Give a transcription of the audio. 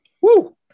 Woo